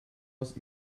was